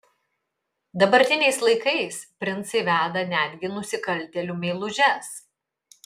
dabartiniais laikais princai veda netgi nusikaltėlių meilužes